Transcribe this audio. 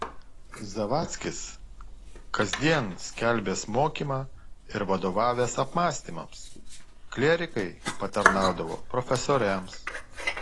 zavadzkis kasdien skelbęs mokymą ir vadovavęs apmąstymams klierikai patarnaudavo profesoriams